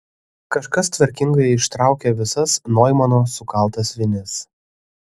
kažkas tvarkingai ištraukė visas noimano sukaltas vinis